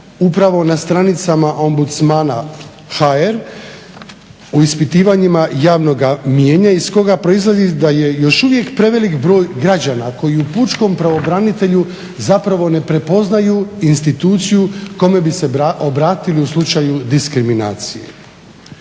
upravo na stranicama ombudsmana.hr u ispitivanjima javnoga mnijenja iz koga proizlazi da je još uvijek prevelik broj građana koji u pučkom pravobranitelju zapravo ne prepoznaju instituciju kome bi se obratili u slučaju diskriminacije.